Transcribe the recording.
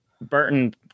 Burton